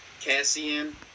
Cassian